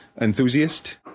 enthusiast